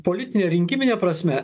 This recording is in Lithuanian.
politine rinkimine prasme